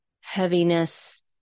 heaviness